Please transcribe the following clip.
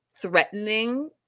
threatening